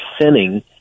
sinning